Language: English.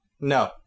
No